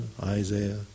Isaiah